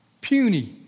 puny